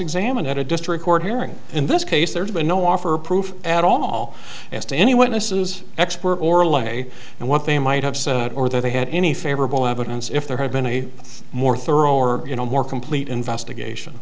examined at a district court hearing in this case there's been no offer proof at all as to any witnesses expert or lay and what they might have said or that they had any favorable evidence if there had been a more thorough or you know more complete investigation